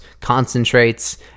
concentrates